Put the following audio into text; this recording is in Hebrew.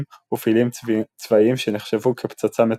ופעילים צבאיים שנחשבו כ"פצצה מתקתקת",